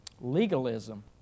Legalism